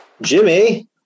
Jimmy